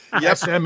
Yes